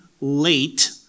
late